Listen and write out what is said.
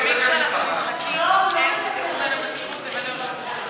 לפעמים כשאנחנו נמחקים אין תיאום בין המזכירות לבין היושב-ראש.